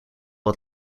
het